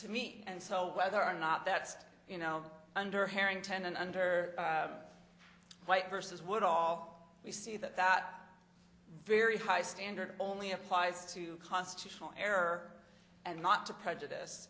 to meet and so whether or not that's you know under harrington and under white vs what all we see that that very high standard only applies to constitutional error and not to prejudice